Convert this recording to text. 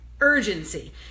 Urgency